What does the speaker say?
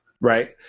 right